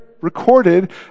recorded